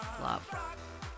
Love